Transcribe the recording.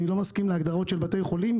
אני לא מסכים להגדרות של בתי חולים,